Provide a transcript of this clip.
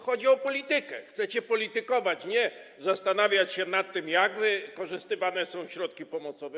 Chodzi o politykę, chcecie politykować, nie zastanawiać się nad tym, jak wykorzystywane są środki pomocowe.